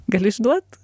galiu išduot